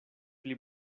pli